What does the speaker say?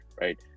right